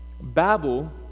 Babel